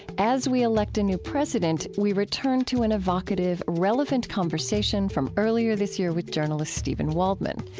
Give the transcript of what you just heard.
as we elect a new president, we return to an evocative, relevant conversation from earlier this year with journalist steven waldman.